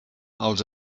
els